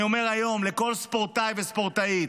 אני אומר היום לכל ספורטאי וספורטאית: